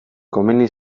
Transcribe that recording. komeni